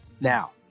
now